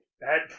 Bad